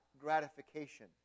gratification